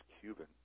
Cuban